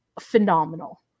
phenomenal